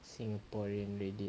singaporean Reddit